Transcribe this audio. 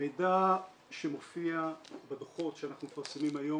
המידע שמופיע בדוחות שאנחנו מפרסמים היום